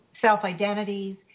self-identities